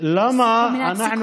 מילת סיכום,